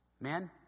Men